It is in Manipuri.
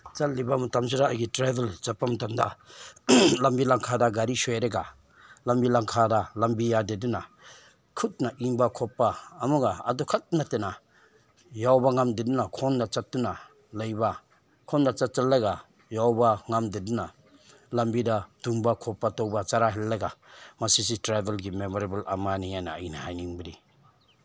ꯆꯠꯂꯤꯕ ꯃꯇꯝꯁꯤꯗ ꯑꯩꯒꯤ ꯇ꯭ꯔꯦꯕꯦꯜ ꯆꯠꯄ ꯃꯇꯝꯗ ꯂꯝꯕꯤ ꯂꯝꯈꯥꯡꯗ ꯒꯥꯔꯤ ꯁꯣꯏꯔꯒ ꯂꯝꯕꯤ ꯂꯝꯈꯥꯡꯗ ꯂꯝꯕꯤ ꯌꯥꯗꯗꯨꯅ ꯈꯨꯠꯅ ꯏꯟꯕ ꯈꯣꯠꯄ ꯑꯃꯒ ꯑꯗꯨꯈꯛ ꯅꯠꯇꯅ ꯌꯧꯕ ꯉꯝꯗꯗꯨꯅ ꯈꯣꯡꯅ ꯆꯠꯇꯨꯅ ꯂꯩꯕ ꯈꯣꯡꯅ ꯆꯠꯁꯤꯜꯂꯒ ꯌꯧꯕ ꯉꯝꯗꯗꯨꯅ ꯂꯝꯕꯤꯗ ꯇꯨꯝꯕ ꯈꯣꯠꯄ ꯇꯧꯕ ꯆꯔꯥ ꯍꯦꯜꯂꯒ ꯃꯁꯤꯁꯤ ꯇ꯭ꯔꯦꯕꯜꯒꯤ ꯃꯦꯃꯣꯔꯦꯕꯜ ꯑꯃꯅꯤ ꯍꯥꯏꯅ ꯑꯩꯅ ꯍꯥꯏꯅꯤꯡꯕꯅꯤ